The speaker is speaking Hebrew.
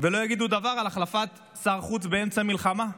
ולא יגידו דבר על החלפת שר חוץ באמצע מלחמה.